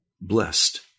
blessed